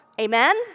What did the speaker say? Amen